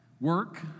work